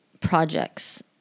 projects